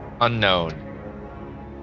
Unknown